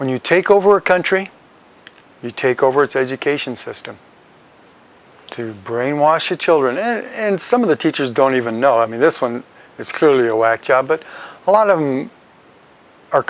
when you take over a country you take over it's education system to brainwash children and some of the teachers don't even know i mean this one is clearly a whack job but a lot of them are